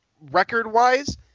record-wise